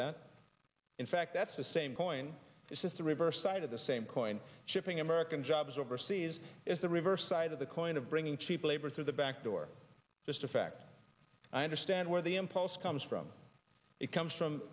that in fact that's the same coin it's just the reverse side of the same coin shipping american jobs overseas is the reverse side of the coin of bringing cheap labor through the backdoor just a fact i understand where the impulse comes from it comes from